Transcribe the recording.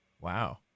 Wow